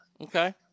Okay